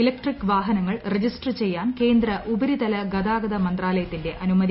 electric വാഹന്ദ്രങ്ങൾ register ചെയ്യാൻ കേന്ദ്ര ഉപരിതല ഗതാഗ്ത് മന്ത്രാലയത്തിന്റെ അനുമതി